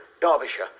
Derbyshire